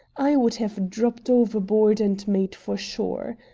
i would have dropped overboard and made for shore.